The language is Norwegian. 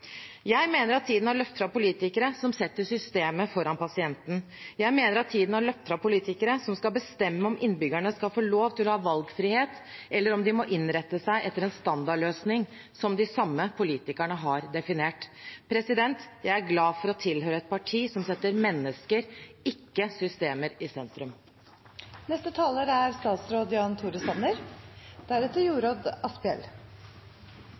Jeg mener at tiden har løpt fra politikere som setter systemet foran pasienten. Jeg mener at tiden har løpt fra politikere som skal bestemme om innbyggerne skal få lov til å ha valgfrihet, eller om de må innrette seg etter en standardløsning som de samme politikerne har definert. Jeg er glad for å tilhøre et parti som setter mennesker, ikke systemer, i sentrum. Det var representanten Jorodd Asphjells første innlegg i dag som fikk meg til å ta ordet. Asphjell